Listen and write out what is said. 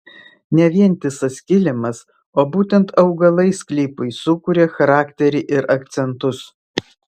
ne vientisas kilimas o būtent augalai sklypui sukuria charakterį ir akcentus